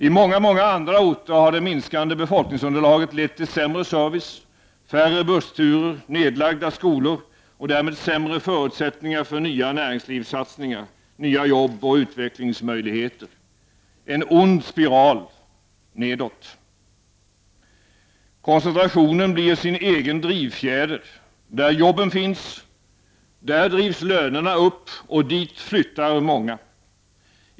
I många, många andra orter har det minskade befolkningsunderlaget lett till sämre service, färre bussturer, nedlagda skolor och därmed sämre förutsättningar för nya näringslivssatsningar, nya jobb och utvecklingsmöjligheter — en ond spiral, nedåt. Koncentrationen blir sin egen drivfjäder. Där jobben finns, där drivs lönerna upp och dit flyttar många.